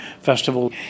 Festival